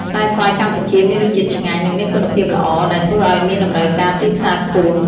ផ្លែស្វាយកម្ពុជាមានរសជាតិឆ្ងាញ់ និងមានគុណភាពល្អ ដែលធ្វើឲ្យមានតម្រូវការទីផ្សារខ្ពស់។